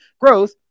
growth